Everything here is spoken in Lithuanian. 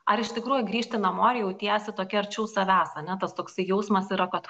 ar iš tikrųjų grįžti namo ar jautiesi tokia arčiau savęs ane tas toksai jausmas yra kad